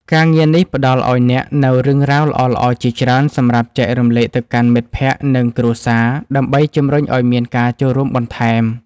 ការងារនេះផ្ដល់ឱ្យអ្នកនូវរឿងរ៉ាវល្អៗជាច្រើនសម្រាប់ចែករំលែកទៅកាន់មិត្តភក្តិ និងគ្រួសារ ដើម្បីជម្រុញឱ្យមានការចូលរួមបន្ថែម។